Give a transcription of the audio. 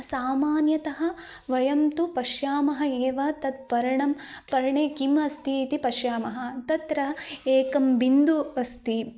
सामान्यतः वयं तु पश्यामः एव तत् पर्णे पर्णे किमस्ति इति पश्यामः तत्र एकं बिन्दुः अस्ति